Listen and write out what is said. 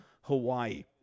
Hawaii